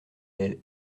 elle